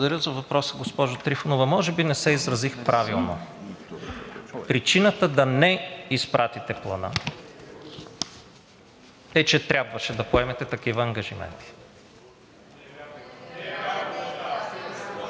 Благодаря за въпроса, госпожо Трифонова. Може би не се изразих правилно. Причината да не изпратите Плана е, че трябваше да поемете такива ангажименти.